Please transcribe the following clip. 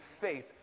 faith